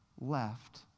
left